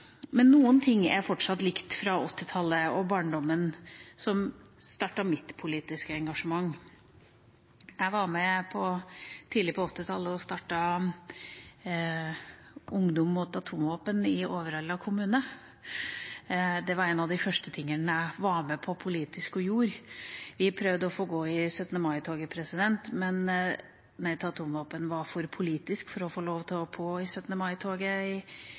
mitt politiske engasjement. Jeg var tidlig på 1980-tallet med på å starte Ungdom mot Atomvåpen i Overhalla kommune. Det var en av de første tingene jeg var med på politisk. Vi prøvde å få gå i 17. mai-toget, men Nei til Atomvåpen var for politisk til å få lov til å